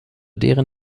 deren